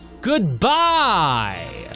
goodbye